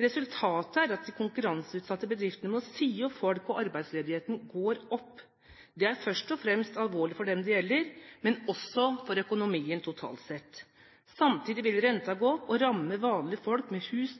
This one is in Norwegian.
Resultatet er at de konkurranseutsatte bedriftene må si opp folk, og arbeidsledigheten går opp. Det er først og fremst alvorlig for dem det gjelder, men også for økonomien totalt sett. Samtidig vil renten gå opp og ramme vanlige folk med hus-